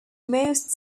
most